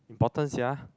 important sia